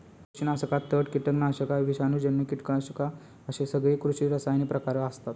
बुरशीनाशका, तण, कीटकनाशका, विषाणूजन्य कीटकनाशका अश्ये सगळे कृषी रसायनांचे प्रकार आसत